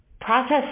process